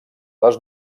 les